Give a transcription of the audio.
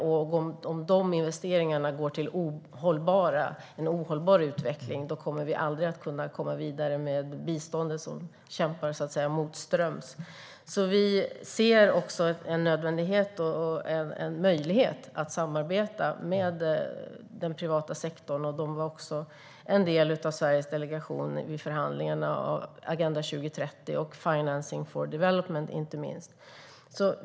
Om investeringarna leder till en ohållbar utveckling kommer vi aldrig att kunna komma vidare med biståndet som kämpar motströms. Vi ser en nödvändighet och en möjlighet att samarbeta med den privata sektorn, som också var en del av Sveriges delegation i förhandlingarna om Agenda 2030 och inte minst Financing for Development.